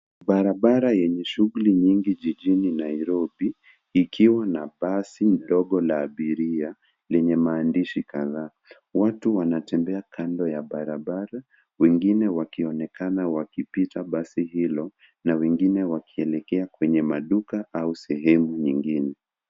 Barabara yenye shughuli nyingi jijini Nairobi ikiwa na basi ndogo la abiria lenye maandishi kadhaa. Watu wanatembea kando ya barabara wengine wakinekana wakipita basi hilo na wengine wakielekea kwenye maduka au sehemu nyingine.